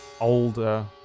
older